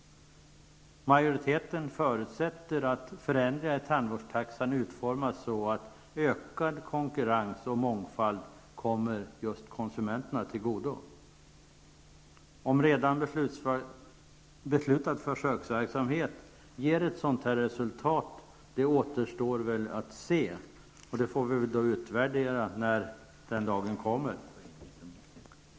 Majoriteten förutsätter att förändringar i tandvårdstaxan utformas så att ökad konkurrens och mångfald kommer just konsumenterna till godo. Om redan beslutad försöksverksamhet ger ett sådant resultat återstår att se. Det får vi utvärdera när den dagen kommer.